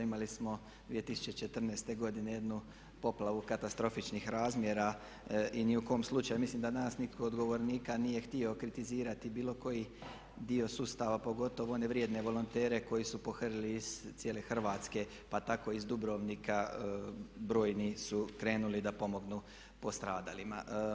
Imali smo 2014. godine jednu poplavu katastrofičnih razmjera i ni u kom slučaju mislim da danas nitko od govornika nije htio kritizirati bilo koji dio sustava pogotovo one vrijedne volontere koji su pohrlili iz cijele Hrvatske pa tako i iz Dubrovnika brojni su krenuli da pomognu stradalima.